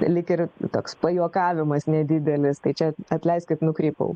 lyg ir toks pajuokavimas nedidelis tai čia atleiskit nukrypau